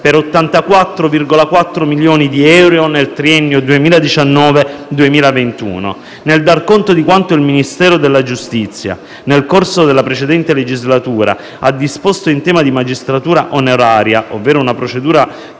per 84,4 milioni di euro nel triennio 2019-2021. Nel dar conto di quanto il Ministero della giustizia nel corso della precedente legislatura ha disposto in tema di magistratura onoraria, ovvero una procedura